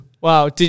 Wow